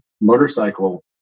motorcycle